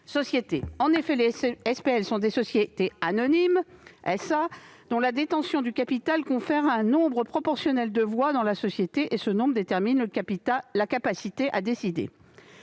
sociétés. En effet, les SPL sont des sociétés anonymes, dont la détention du capital confère un nombre proportionnel de voix dans la société, lequel nombre détermine la capacité à décider.